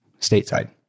stateside